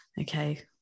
okay